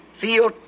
feel